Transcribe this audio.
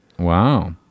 Wow